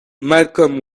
malcolm